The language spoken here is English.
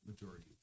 majority